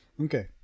Okay